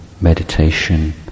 meditation